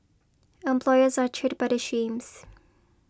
employers are cheered by the schemes